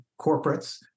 corporates